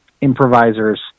improvisers